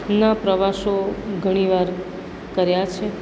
ના પ્રવાસો ઘણી વાર કર્યા છે